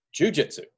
jujitsu